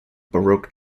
baroque